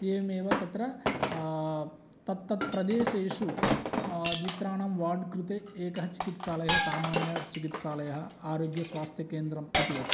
एवमेव तत्र तत् तत् प्रदेशेषु द्वि त्रयानां वार्ड् कृते एकः चिकित्सालयः सामान्यचिकित्सालयः आरोग्यस्वास्थ्यकेन्द्रम् इति वर्तते